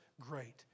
great